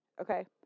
Okay